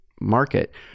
market